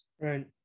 right